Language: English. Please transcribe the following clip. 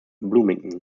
bloomington